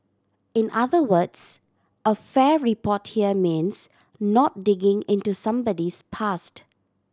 in other words a fair report here means not digging into somebody's past